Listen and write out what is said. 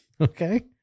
Okay